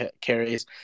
carries